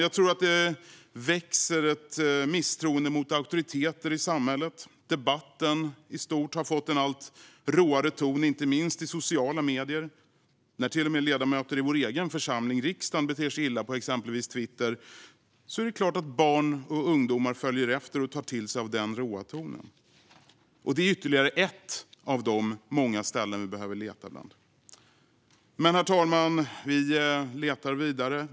Jag tror att det växer ett misstroende mot auktoriteter i samhället. Debatten i stort har fått en allt råare ton, inte minst i sociala medier. När till och med ledamöter i vår egen församling, riksdagen, beter sig illa på exempelvis Twitter är det klart att barn och ungdomar följer efter och tar till sig av den råa tonen. Det är ytterligare ett av de många ställen vi kan leta bland. Herr talman! Vi letar vidare.